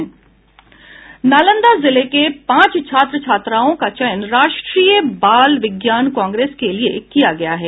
नालंदा जिले के पांच छात्र छात्राओं का चयन राष्ट्रीय बाल विज्ञान कांग्रेस के लिए किया गया है